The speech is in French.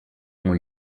ont